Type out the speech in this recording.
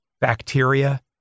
bacteria